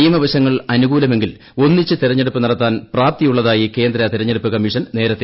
നിയമവശങ്ങൾ അനുകൂലമെങ്കിൽ ഒന്നിച്ച് തെരഞ്ഞെടുപ്പ് നടത്താൻ പ്രാപ്തിയുള്ളതായി കേന്ദ്ര തെരഞ്ഞെടുപ്പ് കമ്മീഷൻ നേരത്തെ അറിയിച്ചിരുന്നു